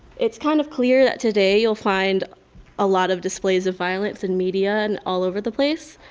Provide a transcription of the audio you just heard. it's kind of clear that today you'll find a lot of displays of violence in media and all over the place.